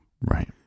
Right